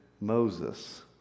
Moses